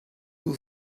who